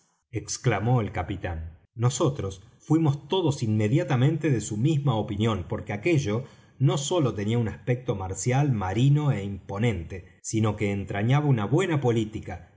exclamó el capitán nosotros fuimos todos inmediatamente de su misma opinión porque aquello no sólo tenía un aspecto marcial marino é imponente sino que entrañaba una buena política